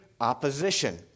opposition